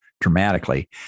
dramatically